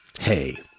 Hey